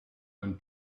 when